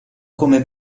come